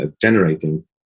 generating